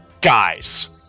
guys